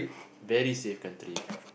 very safe country